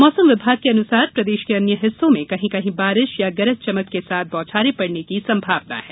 मौसम विभाग के अनुसार प्रदेश के अन्य हिस्सो में कहीं कहीं बारिश या गरज चमक के साथ बौछारें पड़ने की संभावना है